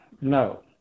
No